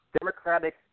democratic